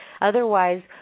Otherwise